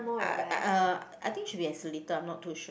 I uh I think should be at Seletar I'm not too sure